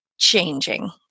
Changing